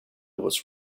was